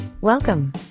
Welcome